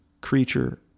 creature